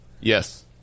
yes